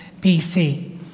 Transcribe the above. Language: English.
BC